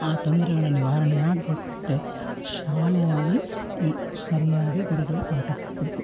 ಆ ತೊಂದರೆಗಳ ನಿವಾರಣೆ ಆಗಬೇಕು ಅಂದರೆ ಶಾಲೆಯಲ್ಲಿ ಸರಿಯಾಗಿ ಗುರುಗಳು ಪಾಠ ಮಾಡಬೇಕು